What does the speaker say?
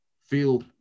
feel